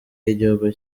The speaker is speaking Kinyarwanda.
y’igihugu